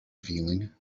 feeling